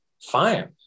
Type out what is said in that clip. Fine